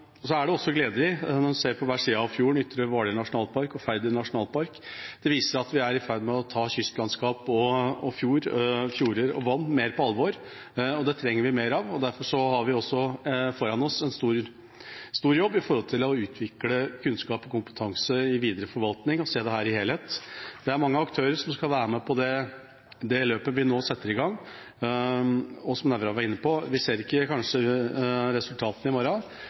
Så det er mange oppgaver som ligger foran oss. Det er også gledelig å se på hver side av fjorden, på Ytre Hvaler nasjonalpark og Færder nasjonalpark. Det viser at vi er i ferd med å ta kystlandskap, fjorder og vann mer på alvor. Det trenger vi mer av, og derfor har vi også en stor jobb foran oss når det gjelder å utvikle kunnskap og kompetanse i videre forvaltning og se dette som en helhet. Det er mange aktører som skal være med på det løpet vi nå setter i gang. Som representanten Nævra var inne på, ser vi kanskje ikke resultatene i morgen,